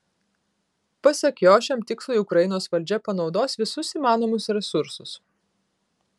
pasak jo šiam tikslui ukrainos valdžia panaudos visus įmanomus resursus